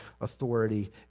authority